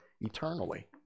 eternally